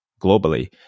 globally